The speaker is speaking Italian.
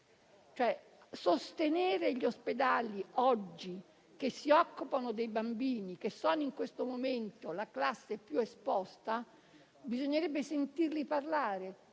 per sostenere gli ospedali che oggi si occupano dei bambini, che sono in questo momento la categoria più esposta. Bisognerebbe sentir parlare